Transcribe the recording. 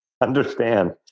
understand